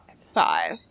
Five